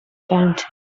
fountain